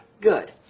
Good